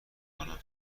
کنم